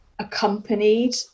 accompanied